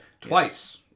Twice